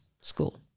school